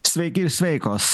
sveiki ir sveikos